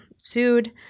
sued